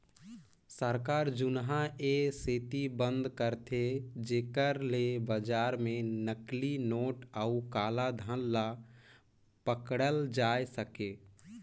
सरकार जुनहा ए सेती बंद करथे जेकर ले बजार में नकली नोट अउ काला धन ल पकड़ल जाए सके